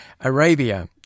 Arabia